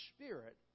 Spirit